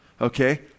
okay